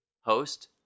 host